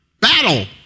Battle